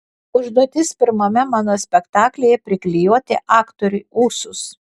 užduotis pirmame mano spektaklyje priklijuoti aktoriui ūsus